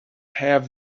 have